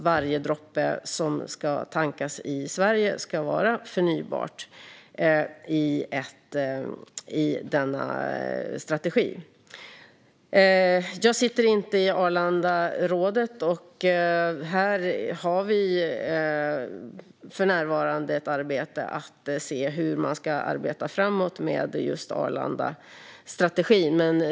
Varje droppe som tankas i Sverige ska vara förnybar i denna strategi. Jag sitter inte i Arlandarådet. Här har vi för närvarande ett arbete med att se hur man ska arbeta framåt med Arlandastrategin.